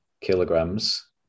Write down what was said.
kilograms